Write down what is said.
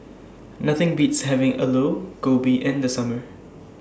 Nothing Beats having Aloo Gobi in The Summer